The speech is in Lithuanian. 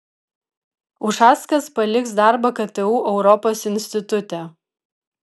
ušackas paliks darbą ktu europos institute